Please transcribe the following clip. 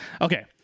okay